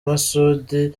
masoudi